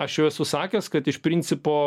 aš jau esu sakęs kad iš principo